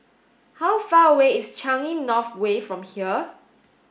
how far away is Changi North Way from here